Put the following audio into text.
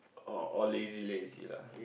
orh all lazy lazy lah